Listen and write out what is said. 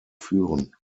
führen